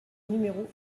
numéro